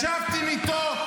ישבתם איתו,